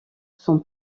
son